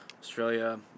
Australia